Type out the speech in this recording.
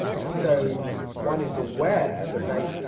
so, one is aware that they,